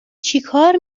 چیکار